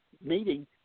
meeting